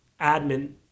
admin